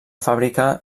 fàbrica